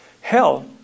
Hell